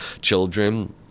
children